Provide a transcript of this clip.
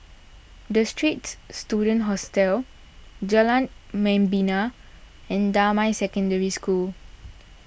the Straits Students Hostel Jalan Membina and Damai Secondary School